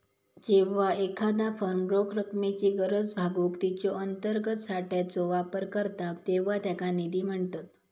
जेव्हा एखादा फर्म रोख रकमेची गरज भागवूक तिच्यो अंतर्गत साठ्याचो वापर करता तेव्हा त्याका निधी म्हणतत